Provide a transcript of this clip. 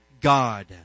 god